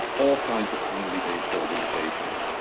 all kinds of community-based organizations.